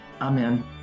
amen